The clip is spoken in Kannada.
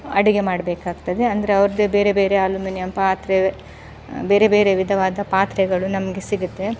ಅಡುಗೆ ಮಾಡಬೇಕಾಗ್ತದೆ ಅಂದರೆ ಅವರದ್ದೆ ಬೇರೆ ಬೇರೆ ಅಲ್ಯೂಮಿನಿಯಂ ಪಾತ್ರೆ ಬೇರೆ ಬೇರೆ ವಿಧವಾದ ಪಾತ್ರೆಗಳು ನಮಗೆ ಸಿಗುತ್ತೆ